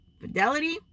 fidelity